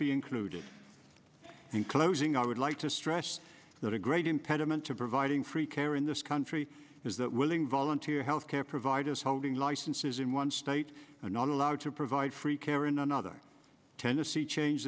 be included in closing i would like to stress that a great impediment to providing free care in this country is that willing volunteer health care providers holding licenses in one state are not allowed to provide free care in another tenn change